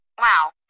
Wow